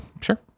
Sure